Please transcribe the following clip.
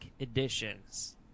editions